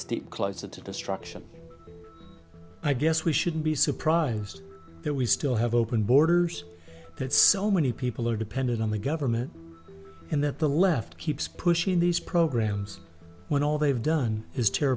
step closer to destruction i guess we shouldn't be surprised that we still have open borders that so many people are dependent on the government and that the left keeps pushing these programs when all they've done is tear